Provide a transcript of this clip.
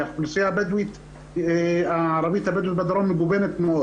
האוכלוסייה הערבית הבדואית בדרום מגוונת מאוד.